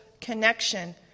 connection